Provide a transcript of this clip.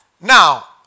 now